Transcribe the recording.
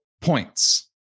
points